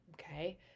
Okay